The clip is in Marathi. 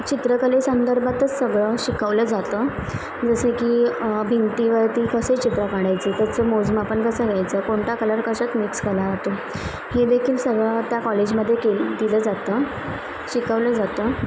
चित्रकलेसंदर्भातच सगळं शिकवलं जातं जसे की भिंतीवरती कसे चित्र काढायचे त्याचं मोजमापन कसं घ्यायचं कोणता कलर कशात मिक्स केला जातो हे देखील सगळं त्या कॉलेजमध्ये के दिलं जातं शिकवलं जातं